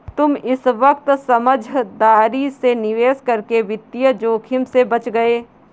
तुम इस वक्त समझदारी से निवेश करके वित्तीय जोखिम से बच गए